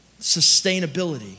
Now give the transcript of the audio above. sustainability